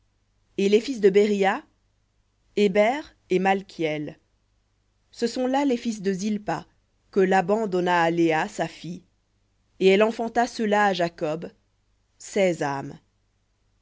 et les fils de beriha héber et malkiel ce sont là les fils de zilpa que laban donna à léa sa fille et elle enfanta ceux-là à jacob seize âmes